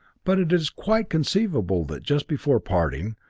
but it is quite conceivable that, just before parting,